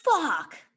Fuck